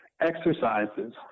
exercises